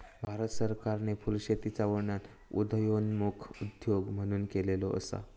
भारत सरकारने फुलशेतीचा वर्णन उदयोन्मुख उद्योग म्हणून केलेलो असा